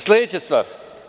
Sledeća stvar.